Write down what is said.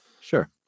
sure